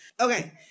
Okay